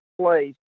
place